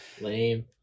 Lame